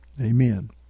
Amen